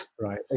Right